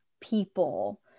people